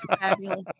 Fabulous